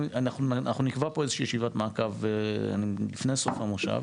אנחנו נקבע פה איזושהי ישיבת מעקב לפני סוף המושב